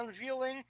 unveiling